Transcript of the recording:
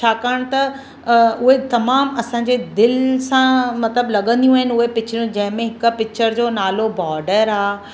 छाकाणि त उहे तमामु असांजे दिलि सां मतिलबु लॻंदियूं आहिनि उहे पिकिचरियूं जंहिंमें हिकु पिचर जो नालो बॉडर आहे